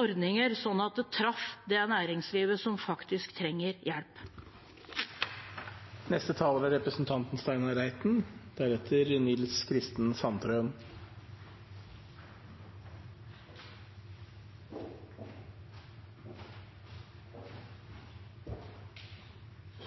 ordninger sånn at de treffer det næringslivet som faktisk trenger